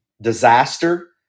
disaster